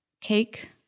cake